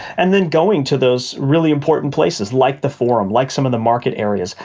and then going to those really important places like the forum, like some of the market areas,